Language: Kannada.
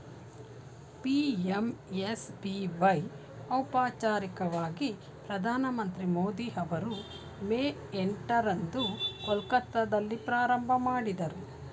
ಪಿ.ಎಮ್.ಎಸ್.ಬಿ.ವೈ ಔಪಚಾರಿಕವಾಗಿ ಪ್ರಧಾನಮಂತ್ರಿ ಮೋದಿ ಅವರು ಮೇ ಎಂಟ ರಂದು ಕೊಲ್ಕತ್ತಾದಲ್ಲಿ ಪ್ರಾರಂಭಮಾಡಿದ್ರು